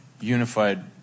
unified